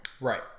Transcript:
Right